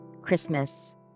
Christmas